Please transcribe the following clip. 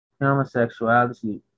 Homosexuality